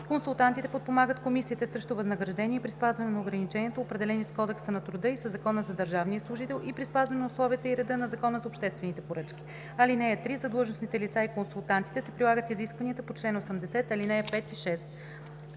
Консултантите подпомагат комисията срещу възнаграждение при спазване на ограниченията, определени с Кодекса на труда и със Закона за държавния служител, и при спазване на условията и реда на Закона за обществените поръчки. (3) За длъжностните лица и консултантите се прилагат изискванията по чл. 80, ал. 5 и 6“.